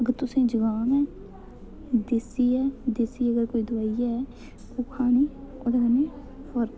अगर तुसें ई जकाम ऐ देसी देसी ऐ देसी अगर कोई दोआई ऐ ओह् खानी फर्क